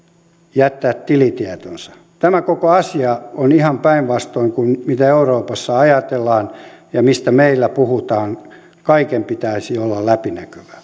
jättää tilitietonsa tämä koko asia on ihan päinvastoin kuin mitä euroopassa ajatellaan ja mistä meillä puhutaan kaiken pitäisi olla läpinäkyvää